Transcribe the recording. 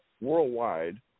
worldwide